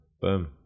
Boom